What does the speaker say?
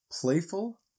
playful